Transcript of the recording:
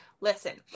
listen